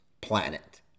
planet